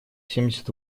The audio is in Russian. семьдесят